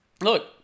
Look